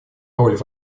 роль